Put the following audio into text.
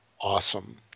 awesome